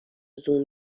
زوم